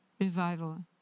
revival